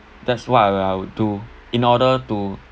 that's what I would do in order to